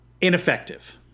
ineffective